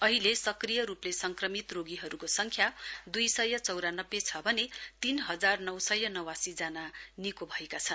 अहिले सक्रिय रुपले संक्रमित रोगीहरुको संख्या दुई सय चौरानब्बे छ भने तीन हजार नौ सय नौवासीजना निको भएका छन्